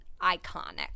iconic